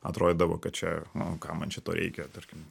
atrodydavo kad čia nu kam man šito reikia tarkim